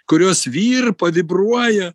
kurios virpa vibruoja